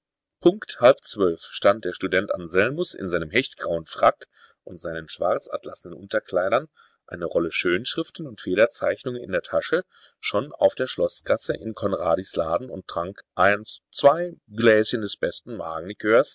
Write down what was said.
punkt halb zwölf uhr stand der student anselmus in seinem hechtgrauen frack und seinen schwarzatlasnen unterkleidern eine rolle schönschriften und federzeichnungen in der tasche schon auf der schloßgasse in conradis laden und trank eins zwei gläschen des besten